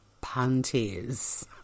panties